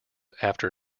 after